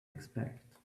expect